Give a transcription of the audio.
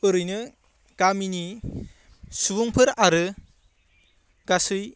ओरैनो गामिनि सुबुंफोर आरो गासै